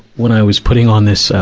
when i was putting on this, ah,